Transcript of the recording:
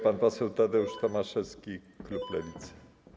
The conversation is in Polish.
Pan poseł Tadeusz Tomaszewski, klub Lewicy.